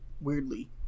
weirdly